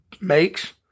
makes